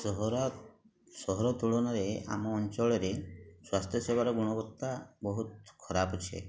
ସହରା ସହର ତୁଳନାରେ ଆମ ଅଞ୍ଚଚଳରେ ସ୍ୱାସ୍ଥ୍ୟ ସେବାର ଗୁଣବତା ବହୁତ ଖରାପ ଅଛି